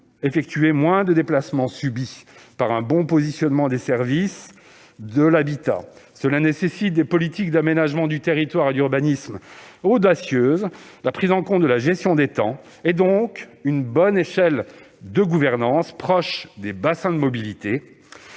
effectuer moins de déplacements subis grâce à un bon positionnement des services par rapport à l'habitat ? Cela nécessite des politiques audacieuses d'aménagement du territoire et d'urbanisme, la prise en compte de la gestion des temps, et donc une bonne échelle de gouvernance, proche des bassins de mobilité